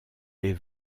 les